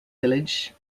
village